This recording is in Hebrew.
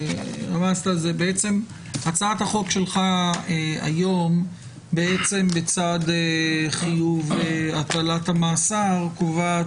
שהצעת החוק שלך היום בצד חיוב הטלת המאסר קובעת